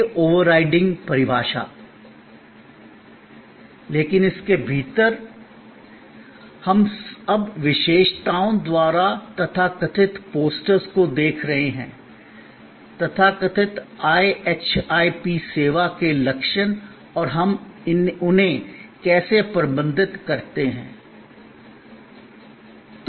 यह ओवरराइडिंग परिभाषा लेकिन इसके भीतर हम अब विशेषताओं द्वारा तथाकथित पोस्टर्स को देख रहे हैं तथाकथित IHIP सेवा के लक्षण और हम उन्हें कैसे प्रबंधित करते हैं